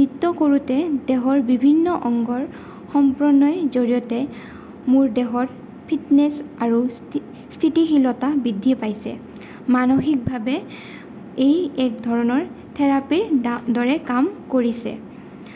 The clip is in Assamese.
নৃত্য কৰোঁতে দেহৰ বিভিন্ন অংগৰ সম্প্ৰনয় জৰিয়তে মোৰ দেহৰ ফিটনেছ আৰু স্থিতিশীলতা বৃদ্ধি পাইছে মানসিকভাৱে এই এক ধৰণৰ থেৰাপীৰ দৰে কাম কৰিছে